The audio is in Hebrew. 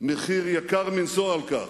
מחיר יקר מנשוא על כך.